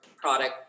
product